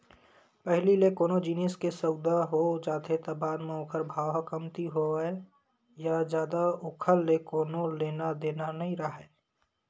पहिली ले कोनो जिनिस के सउदा हो जाथे त बाद म ओखर भाव ह कमती होवय या जादा ओखर ले कोनो लेना देना नइ राहय